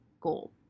goal